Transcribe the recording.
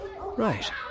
Right